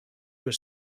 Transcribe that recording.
was